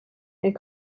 and